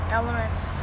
elements